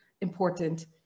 important